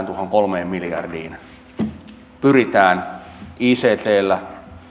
tuohon kolmeen miljardiin siihen pyritään ictllä